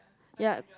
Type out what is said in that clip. ya